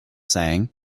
saying